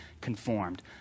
conformed